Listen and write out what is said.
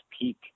peak